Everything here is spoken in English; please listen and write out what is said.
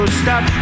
stop